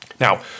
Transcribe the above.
Now